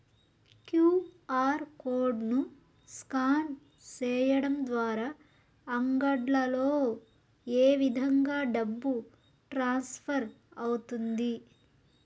QR code ను scan సేయడం ద్వారా అంగడ్లలో ఏ విధంగా డబ్బు ట్రాన్స్ఫర్ అవుతుంది